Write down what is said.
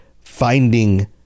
finding